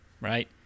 right